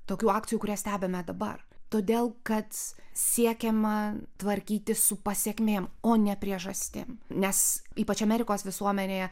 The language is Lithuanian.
tokių akcijų kurias stebime dabar todėl kad siekiama tvarkytis su pasekmėm o ne priežastim nes ypač amerikos visuomenėje